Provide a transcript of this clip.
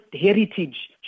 heritage